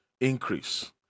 increase